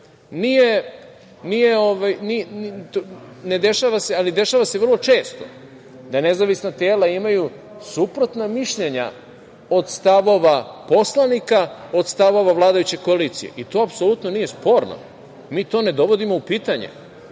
i mi odgovaramo građanima.Dešava se vrlo često da nezavisna tela imaju suprotna mišljenja od stavova poslanika, od stavova vladajuće koalicije i to apsolutno nije sporno, mi to ne dovodimo u pitanje.